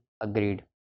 Agreed